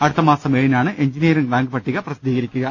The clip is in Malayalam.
അടുത്തമാസം ഏഴി നാണ് എഞ്ചിനിയറിംഗ് റാങ്ക് പട്ടിക പ്രസിദ്ധീകരിക്കുക